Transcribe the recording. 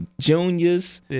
Juniors